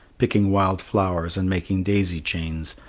picking wild flowers and making daisy chains,